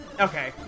Okay